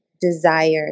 desire